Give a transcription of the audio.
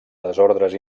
desordres